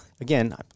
again